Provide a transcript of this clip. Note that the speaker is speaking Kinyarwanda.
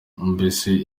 mbese